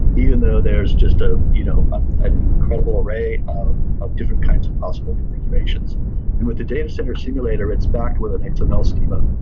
even though there's just ah you know ah an incredible array of of different kinds of possible configurations and with the data center simulator, it's backed with an xml schema.